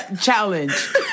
challenge